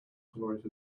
tolerated